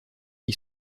qui